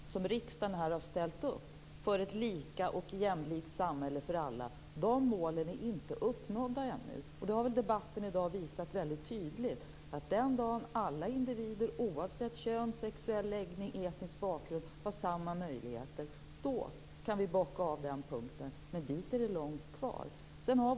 Fru talman! Bakgrunden är fortfarande att integrationen måste bli bättre. Jag sade inte att integrationen har misslyckats. Däremot är de mål som riksdagen ställt upp för ett lika och jämlikt samhälle för alla inte uppnådda ännu. Det har debattan i dag visat väldigt tydligt. Den dagen alla individer oavsett, kön, sexuell läggning och etnisk bakgrund har samma möjligheter kan vi bocka av den punkten. Men dit är det långt kvar.